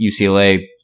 UCLA